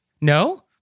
No